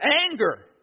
anger